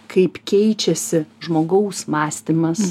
kaip keičiasi žmogaus mąstymas